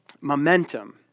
momentum